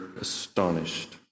astonished